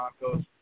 Broncos